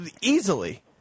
easily